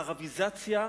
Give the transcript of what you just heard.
מערביזציה,